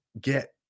get